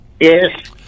Yes